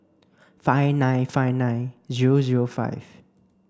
five nine five nine zero zero five